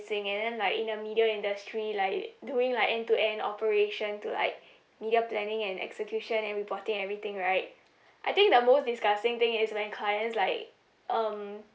and like in the media industry like doing like end to end operation to like media planning and execution and reporting everything right I think the most disgusting thing is when clients like um